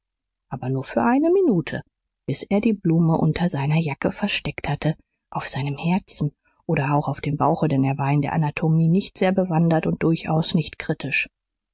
aber nur für eine minute bis er die blume unter seiner jacke versteckt hatte auf seinem herzen oder auch auf dem bauche denn er war in der anatomie nicht sehr bewandert und durchaus nicht kritisch